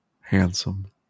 handsome